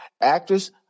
actress